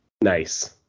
Nice